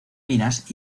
minas